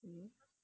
mmhmm